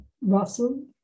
Russell